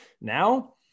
Now